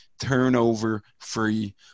turnover-free